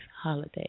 holiday